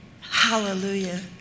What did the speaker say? hallelujah